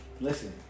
listen